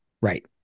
Right